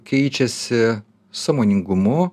keičiasi sąmoningumu